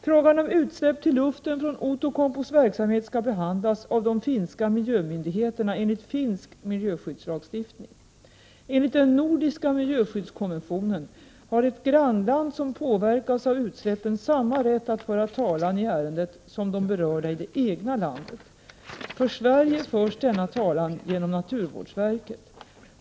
Frågan om utsläpp till luften från Outokumpus verksamhet skall behandlas av de finska miljömyndigheterna enligt finsk miljöskyddslagstiftning. Enligt den nordiska miljöskyddskonventionen har ett grannland som påverkas av utsläppen samma rätt att föra talan i ärendet som de berörda i det egna landet. För Sverige förs denna talan genom naturvårdsverket.